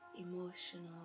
emotional